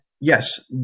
yes